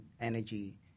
energy